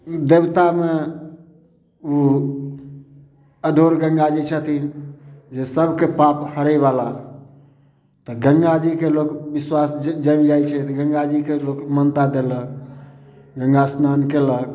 देबतामे ओ अघोर गंगा जी छथिन जे सबके पाप हरै बला तऽ गंगा जी के लोक बिश्वास जमि जाइ छै तऽ गंगा जी कऽ लोक मान्यता देलक गंगा स्नान केलक